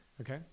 Okay